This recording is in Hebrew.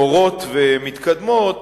נאורות ומתקדמות,